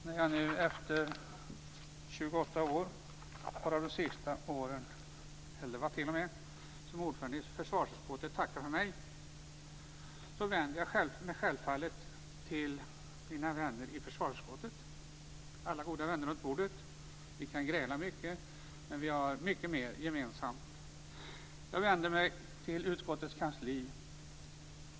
När jag nu efter 28 år varav de sista 11 åren som ordförande försvarsutskottet tackar för mig vänder jag mig självfallet till mina vänner i försvarsutskottet, alla goda vänner runt bordet. Vi kan gräla mycket, men vi har mycket mer gemensamt. Jag vänder mig också till utskottets kansli.